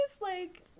like-